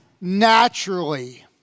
naturally